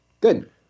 Good